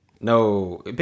No